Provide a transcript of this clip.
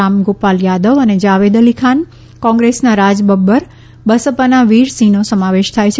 રામગોપાલ યાદવ અને જાવેદ અલી ખાન કોંગ્રેસના રાજ બબ્બર બસપાના વીરસિંહનો સમાવેશ થાય છે